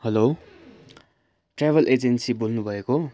hello travel agency बोल्नुभएको